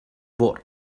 wort